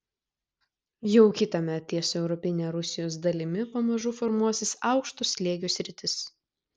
jau kitąmet ties europine rusijos dalimi pamažu formuosis aukšto slėgio sritis